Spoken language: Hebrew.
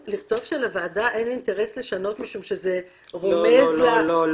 לכתוב שלוועדה אין אינטרס לשנות משום שזה רומז --- לא,